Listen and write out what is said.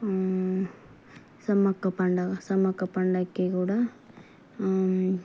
సమ్మక్క పండగ సమ్మక్క పండగకి కూడా